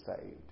saved